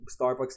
Starbucks